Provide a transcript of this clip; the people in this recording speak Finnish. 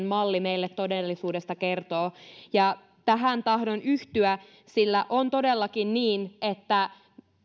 malli meille todellisuudesta kertoo ja tähän tahdon yhtyä sillä on todellakin niin että